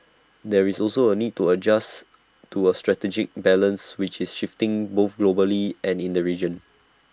there is also A need to adjust to A strategic balance which is shifting both globally and in the region